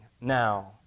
now